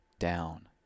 down